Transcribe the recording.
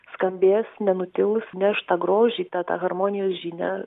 skambės nenutilus neš tą grožį tą tą harmonijos žinią